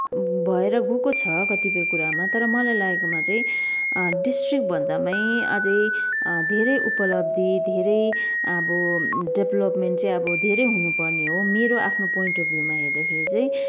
भएर गएको छ कतिपय कुरामा तर मलाई लागेकोमा चाहिँ डिस्ट्रिक्ट भन्दामै अझै धेरै उपलब्धि धेरै अब डेभ्लपमेन्ट चाहिँ अब धेरै हुनुपर्ने हो मेरो आफ्नो पोइन्ट अफ भ्युमा हेर्दाखेरि चाहिँ